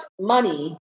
money